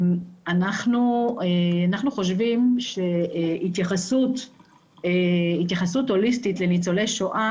אנחנו חושבים שהתייחסות הוליסטית לניצולי שואה